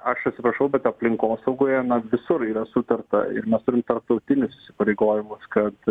aš atsiprašau bet aplinkosaugoje na visur yra sutarta ir mes turim tarptautinius įsipareigojimus kad